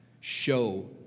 show